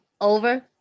over